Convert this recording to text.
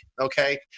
Okay